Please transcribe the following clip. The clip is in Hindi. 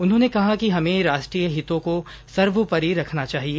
उन्होंने कहा कि हमें राष्ट्रीय हितों को सर्वोपरि रखना चाहिए